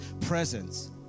presence